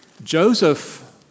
Joseph